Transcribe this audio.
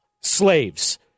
slaves